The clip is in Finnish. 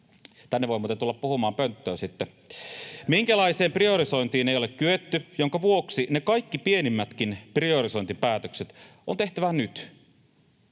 tulla sitten puhumaan. — Minkäänlaiseen priorisointiin ei ole kyetty, minkä vuoksi ne kaikki pienimmätkin priorisointipäätökset on tehtävä nyt.